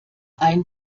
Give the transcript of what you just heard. ein